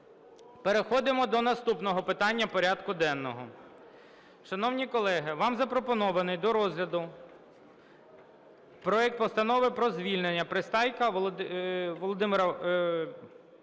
Переходимо до наступного питання порядку денного. Шановні колеги, вам запропонований до розгляду проект Постанови про звільнення Пристайка Вадима